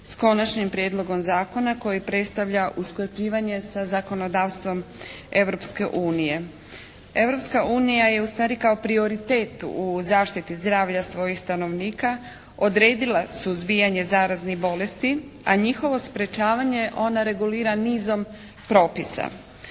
s Konačnim prijedlogom zakona koji predstavlja usklađivanje sa zakonodavstvom Europske unije. Europska unija je ustvari kao prioritet u zaštiti zdravlja svojih stanovnika odredila suzbijanje zaraznih bolesti, a njihovo sprječavanje ona regulira nizom propisa.